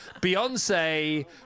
Beyonce